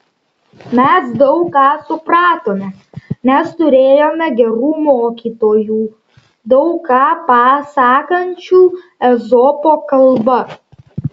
mes daug ką supratome nes turėjome gerų mokytojų daug ką pasakančių ezopo kalba